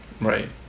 Right